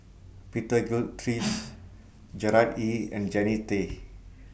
Peter Gilchrist Gerard Ee and Jannie Tay